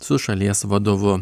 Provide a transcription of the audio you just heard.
su šalies vadovu